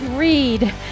Read